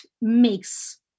makes